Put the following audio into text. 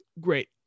Great